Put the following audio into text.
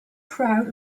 crowd